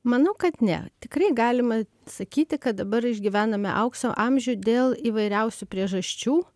manau kad ne tikrai galima sakyti kad dabar išgyvename aukso amžių dėl įvairiausių priežasčių